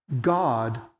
God